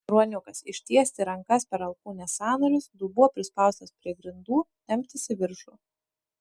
ruoniukas ištiesti rankas per alkūnės sąnarius dubuo prispaustas prie grindų temptis į viršų